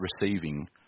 receiving